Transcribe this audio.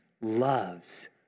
loves